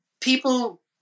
People